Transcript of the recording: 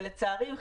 ולצערי,